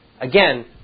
Again